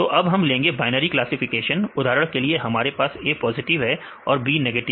तो अब हम लेंगे बाइनरी क्लासिफिकेशन उदाहरण के लिए हमारे पास A पॉजिटिव है और B नेगेटिव